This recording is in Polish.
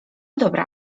dobra